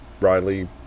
Riley